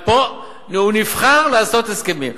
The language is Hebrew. פה הוא נבחר לעשות הסכמים,